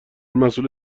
مسئول